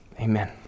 amen